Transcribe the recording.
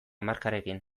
markarekin